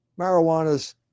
marijuana's